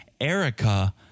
Erica